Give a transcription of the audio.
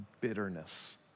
bitterness